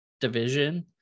division